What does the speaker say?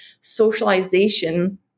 socialization